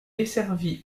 desservi